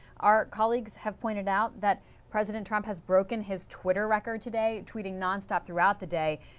our colleagues have pointed out that president trump has broken his twitter record today tweeting nonstop throughout the day.